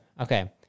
okay